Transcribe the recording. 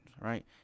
right